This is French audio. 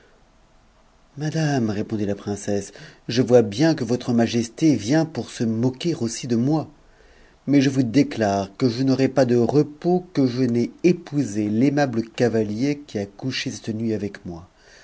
madame répondit la princesse je vois bien que votre mnjestf vient pour se moquer aussi de moi mais je vous déclare que je n'aura pas de repos que je n'aie épousé l'aimable cavalier qui a couché cette nuil avec moi